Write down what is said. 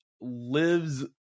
lives